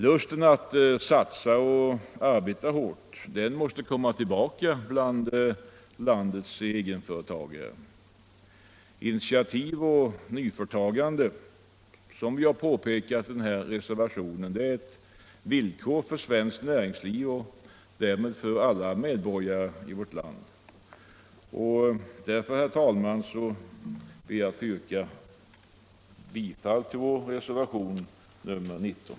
Lusten att satsa och att arbeta hårt måste komma tillbaka hos landets egenföretagare. Initiativ och nyföretagande är, som vi påpekar i reservationen, ett villkor för svenskt näringsliv och därmed för alla medborgare i vårt land. Jag ber därför, herr talman, att få yrka bifall till reservationen 19.